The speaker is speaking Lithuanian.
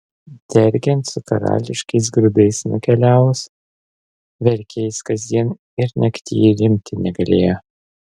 dergiant su karališkais grūdais nukeliavus verkė jis kasdien ir naktyj rimti negalėjo